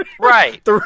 Right